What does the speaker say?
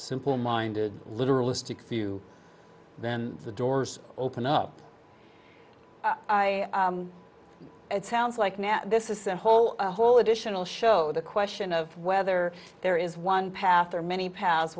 simple minded literalistic few then the doors open up i it sounds like now this is a whole a whole additional show the question of whether there is one path or many pa